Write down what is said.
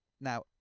Now